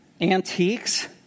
Antiques